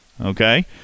Okay